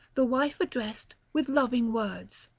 the wife addressed with loving words